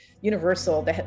Universal